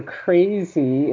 crazy